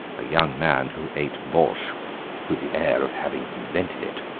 a young man who ate bortsch with the air of having invented it.